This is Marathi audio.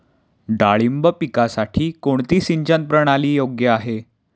डाळिंब पिकासाठी कोणती सिंचन प्रणाली योग्य आहे?